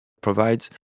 provides